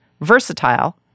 Versatile